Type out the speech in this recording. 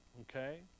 Okay